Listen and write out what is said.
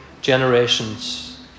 generations